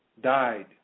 died